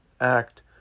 act